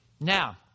Now